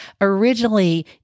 Originally